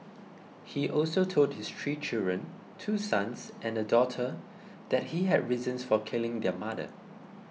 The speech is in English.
he also told his three children two sons and a daughter that he had reasons for killing their mother